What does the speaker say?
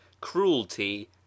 cruelty